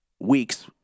weeks